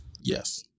yes